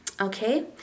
Okay